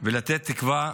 ולתת תקווה,